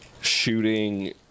shooting